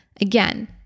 again